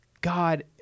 God